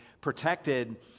protected